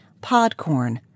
Podcorn